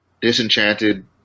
Disenchanted